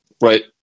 Right